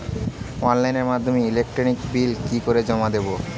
অনলাইনের মাধ্যমে electric bill কি করে জমা দেবো?